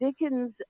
Dickens